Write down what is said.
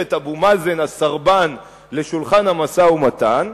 את אבו מאזן הסרבן לשולחן המשא-ומתן,